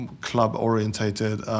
club-orientated